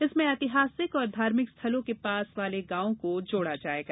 इसमें ऐतिहासिक और धार्मिक स्थलों के पास वाले गाँवों को जोड़ा जायेगा